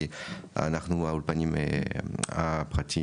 כי אנחנו האולפנים הפרטיים,